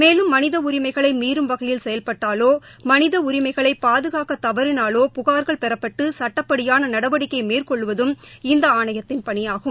மேலும் மனித உரிமைகளை மீறும் வகையில் செயல்பட்டாலோ மனித உரிமைகளை பாதுகாக்க தவறினாலோ புகார்கள் பெறப்பட்டு சட்டப்படியான நடவடிக்கை மேற்கொள்ளுவதும் இந்த ஆணையத்தின் பணியாகும்